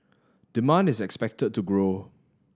demand is expected to grow